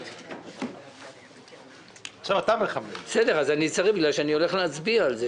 פנייה 459. הפנייה נועדה להגדלת הרשאה להתחייב במשטרת ישראל,